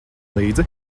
līdzi